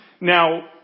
Now